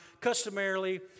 customarily